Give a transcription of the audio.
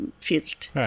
field